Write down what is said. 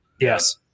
Yes